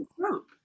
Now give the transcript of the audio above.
group